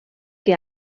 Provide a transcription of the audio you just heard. que